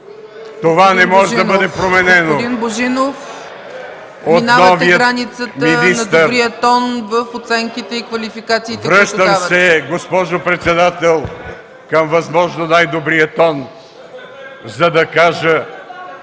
Това не може да бъде променено от новия министър. Връщам се, госпожо председател, към възможно най-добрия тон (реплики